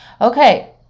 Okay